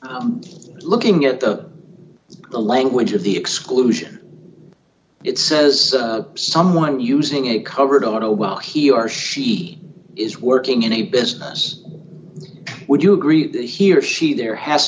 yes looking at the language of the exclusion it says someone using a covered on a well he or she is working in a business would you agree that he or she there has